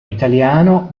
italiano